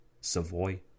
Savoy